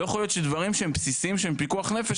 לא יכול להיות שדברים שהם בסיסיים שהם פיקוח נפש,